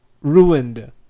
ruined